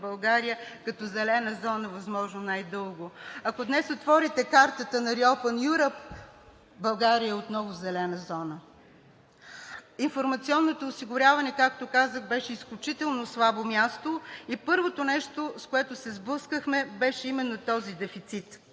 България като зелена зона възможно най-дълго. Ако днес отворите картата на Europan Europe, България отново е в зелена зона. Информационното осигуряване, както казах, беше изключително слабо място и първото нещо, с което се сблъскахме, беше именно този дефицит.